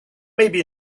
maybe